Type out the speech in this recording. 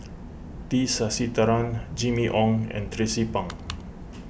T Sasitharan Jimmy Ong and Tracie Pang